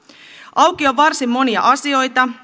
auki on varsin monia asioita